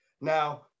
Now